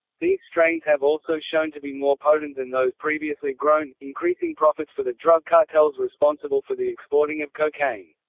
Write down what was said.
these strains have also shown to be more potent than those previously grown, increasing profits for the drug cartels responsible for the exporting of cocaine.